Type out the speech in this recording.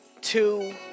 two